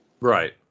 Right